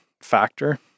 factor